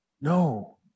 No